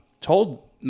told